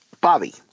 Bobby